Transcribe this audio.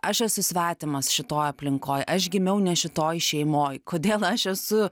aš esu svetimas šitoj aplinkoj aš gimiau ne šitoj šeimoj kodėl aš esu